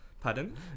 Pardon